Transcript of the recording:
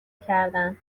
کردن